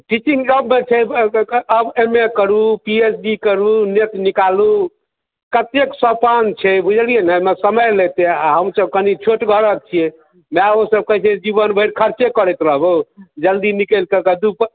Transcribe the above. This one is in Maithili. टीचिंग जॉबमे छै आब एम ए करू पी एच डी करू नेट निकालू कत्तेक सोपान छै बुझलियै ने एहिमे समय लेतै आ हम सभ कनि छोट घरक छियै भायओसभ कहैत छै जीवन भरि खर्चे करैत रहबौ जल्दी निकलि कऽ कतहु